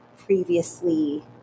previously